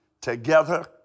Together